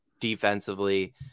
defensively